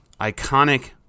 iconic